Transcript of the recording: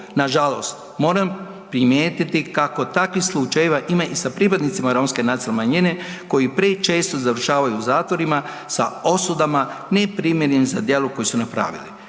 Nažalost, moram primijetiti kako takvih slučajeva ima i sa pripadnicima Romske nacionalne manjine koji prečesto završavaju u zatvorima sa osudama neprimjerenim za djelo koje su napravili.